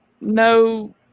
no